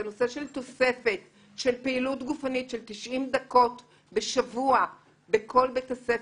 הנושא של תוספת של פעילות גופנית של 90 דקות בשבוע בכל בית הספר,